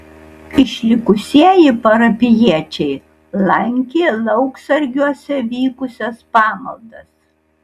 išlikusieji parapijiečiai lankė lauksargiuose vykusias pamaldas